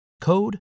code